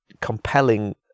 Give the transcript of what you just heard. compelling